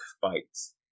fights